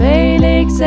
Felix